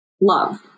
Love